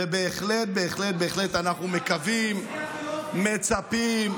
ובהחלט אנחנו מקווים, מצפים,